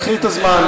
קחי את הזמן,